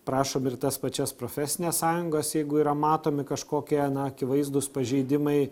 prašom ir tas pačias profesines sąjungas jeigu yra matomi kažkokie na akivaizdūs pažeidimai